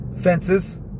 fences